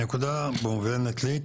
הנקודה מובנת לי.